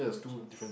butcher's